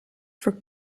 for